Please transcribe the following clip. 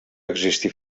existir